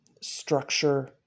structure